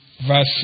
Verse